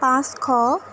পাঁচশ